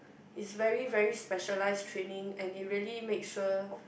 is very very specialised training and it really make sure